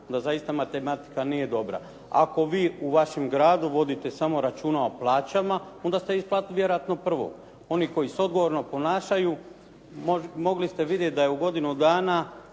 zaista matematika nije dobra. Ako vi u vašem gradu vodite računa samo o plaćama, onda ste isplatili vjerojatno prvog. Oni koji se odgovorno ponašaju mogli ste vidjeti da u godini dana